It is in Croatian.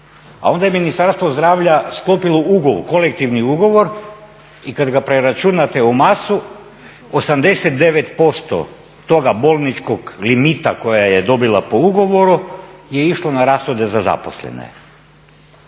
A onda je Ministarstvo zdravlja sklopilo ugovor, kolektivni ugovor, i kad ga preračunate u masu 89% toga bolničkog limita koji je dobila po ugovoru je išlo na rashode za zaposlene.